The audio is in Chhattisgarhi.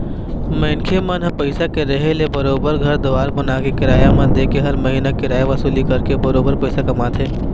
मनखे मन ह पइसा के रेहे ले बरोबर घर दुवार बनाके, किराया म देके हर महिना किराया वसूली करके बरोबर पइसा कमाथे